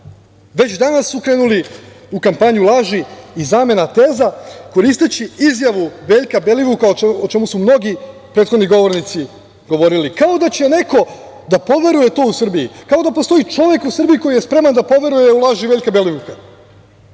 Već danas su krenuli u kampanju laži i zamena teza, koristeći izjavu Veljka Belivuka, o čemu su mnogi prethodni govornici govorili. Kao da će neko da poveruje u to u Srbiji? Kao da postoji čovek u Srbiji koji je spreman da poveruje u laži Veljka Belivuka? Dakle,